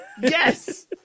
Yes